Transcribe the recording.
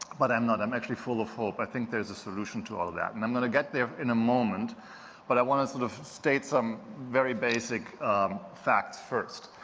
but i'm not. i'm actually full of hope. i think there's a solution to all of that. and, i'm gonna get there moment but i wanna sort of state some very basic facts first.